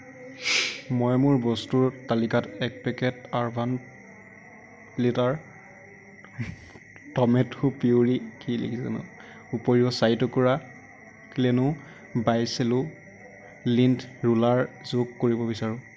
মই মোৰ বস্তুৰ তালিকাত এক packet urban platter tomato puree উপৰিও চাৰি টুকুৰা Kleeno by Cello lint roller যোগ কৰিব বিচাৰোঁ